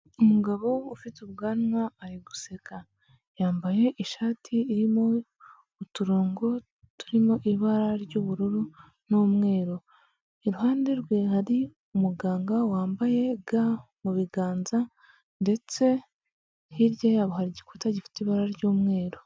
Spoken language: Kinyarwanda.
Umugabo ufite ubwanwa ari guseka yambaye ishati irimo uturongo turimo ibara ry'ubururu n'umweru, iruhande rwe hari umuganga wambaye ga mu biganza ndetse hirya yabo hari igikuta gifite ibara ry'umweru.